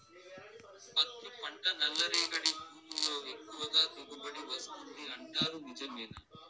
పత్తి పంట నల్లరేగడి భూముల్లో ఎక్కువగా దిగుబడి వస్తుంది అంటారు నిజమేనా